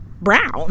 brown